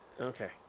Okay